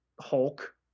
hulk